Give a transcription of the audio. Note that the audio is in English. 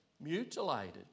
mutilated